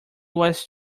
was